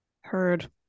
heard